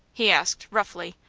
he asked, roughly.